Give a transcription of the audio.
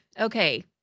okay